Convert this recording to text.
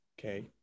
okay